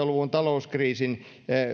luvun talouskriisin